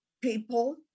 people